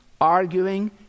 arguing